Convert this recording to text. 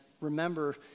remember